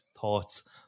thoughts